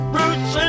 roots